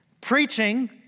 preaching